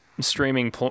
streaming